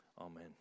Amen